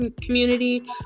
community